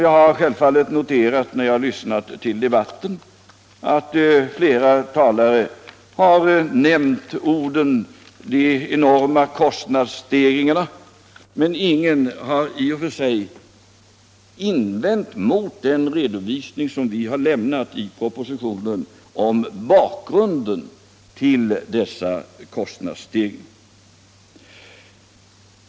Jag har givetvis noterat, när jag lyssnat till debatten, att flera talare har nämnt orden ”de enorma kostnadsstegringarna”, men ingen har i och för sig invänt mot den redovisning av bakgrunden till dessa kostnadsstegringar som vi har lämnat i propositionen.